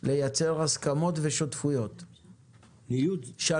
כדי לייצר הסכמות ושותפויות, שלישית,